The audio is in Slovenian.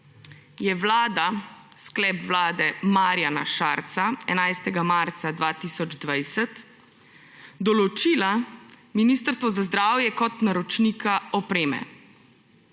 je Vlada, sklep vlade Marjana Šarca, 11. marca 2020 določila Ministrstvo za zdravje kot naročnika opreme.